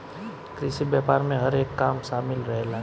कृषि व्यापार में हर एक काम शामिल रहेला